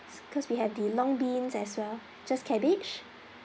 cause we have the long beans as well just cabbage